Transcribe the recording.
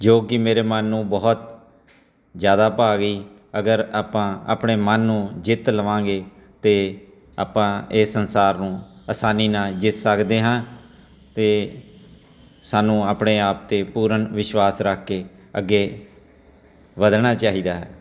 ਜੋ ਕਿ ਮੇਰੇ ਮਨ ਨੂੰ ਬਹੁਤ ਜ਼ਿਆਦਾ ਭਾਅ ਗਈ ਅਗਰ ਆਪਾਂ ਆਪਣੇ ਮਨ ਨੂੰ ਜਿੱਤ ਲਵਾਂਗੇ ਤਾਂ ਆਪਾਂ ਇਹ ਸੰਸਾਰ ਨੂੰ ਆਸਾਨੀ ਨਾਲ ਜਿੱਤ ਸਕਦੇ ਹਾਂ ਅਤੇ ਸਾਨੂੰ ਆਪਣੇ ਆਪ 'ਤੇ ਪੂਰਨ ਵਿਸ਼ਵਾਸ ਰੱਖ ਕੇ ਅੱਗੇ ਵਧਣਾ ਚਾਹੀਦਾ ਹੈ